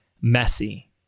messy